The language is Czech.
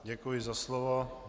Děkuji za slovo.